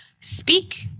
Speak